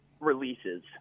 releases